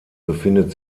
befindet